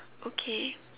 okay